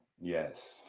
Yes